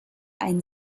ein